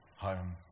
home